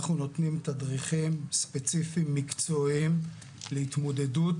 אנחנו נותנים תדריכים ספציפיים ומקצועיים להתמודדות